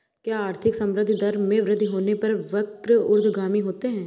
क्या आर्थिक संवृद्धि दर में वृद्धि होने पर वक्र ऊर्ध्वगामी होता है?